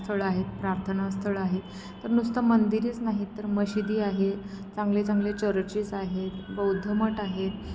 स्थळं आहेत प्रार्थना स्थळं आहेत तर नुसतं मंदिरच नाहीत तर मशिदी आहेत चांगले चांगले चर्चेस आहेत बौद्धमठ आहेत